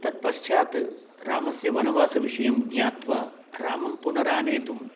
तत् पश्चात् रामस्य वनवासविषयं ज्ञात्वा रामं पुनरानेतुं